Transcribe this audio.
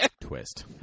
Twist